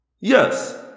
Yes